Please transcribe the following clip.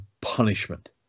punishment